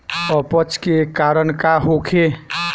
अपच के कारण का होखे?